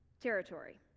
territory